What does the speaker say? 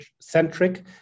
centric